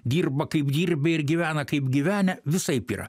dirba kaip dirbę ir gyvena kaip gyvenę visaip yra